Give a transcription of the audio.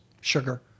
sugar